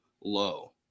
low